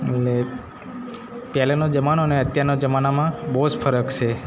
એટલે પહેલેનો જમાનોને અત્યારના જમાનામાં બહુજ ફરક છે